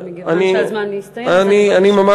אבל מכיוון שהזמן מסתיים אני מבקשת,